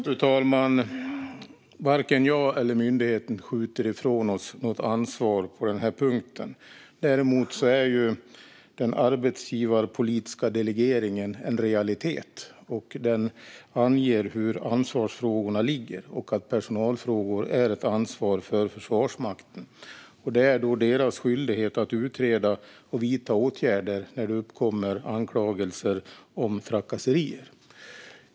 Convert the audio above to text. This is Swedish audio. Fru talman! Varken jag eller myndigheten skjuter ifrån sig ansvar på den punkten. Däremot är den arbetsgivarpolitiska delegeringen en realitet, och den anger hur ansvarsfrågorna ligger och att personalfrågor är ett ansvar för Försvarsmakten. Det är då deras skyldighet att utreda och vidta åtgärder när det uppkommer anklagelser om trakasserier.